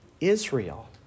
Israel